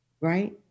right